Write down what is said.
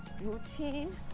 routine